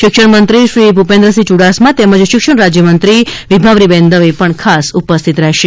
શિક્ષણ મંત્રી શ્રી ભૂપેન્દ્રસિંહ ચૂડાસમા તેમજ શિક્ષણ રાજ્યમંત્રી વિભાવરીબહેન દવે પણ ઉપસ્થિત રહેશે